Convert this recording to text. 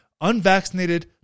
unvaccinated